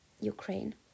Ukraine